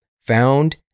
found